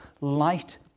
light